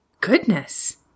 Goodness